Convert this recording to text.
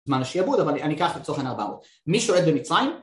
זמן השעבוד אבל אני, אני אקח לצורך העניין 400. מי שולט במצרים?